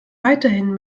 weiterhin